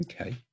Okay